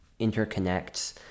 interconnects